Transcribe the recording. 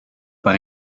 par